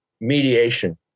mediation